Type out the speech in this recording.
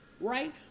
right